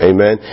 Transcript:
Amen